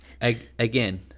Again